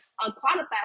unqualified